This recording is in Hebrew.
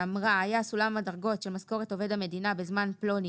שאמרה: "היה סולם דרגות המשכורת של עובדי המדינה בזמן פלוני